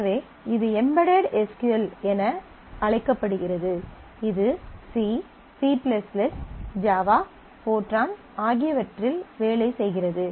எனவே இது embedded S Q L என அழைக்கப்படுகிறது இது C C java fortran ஆகியவற்றில் வேலை செய்கிறது